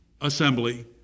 assembly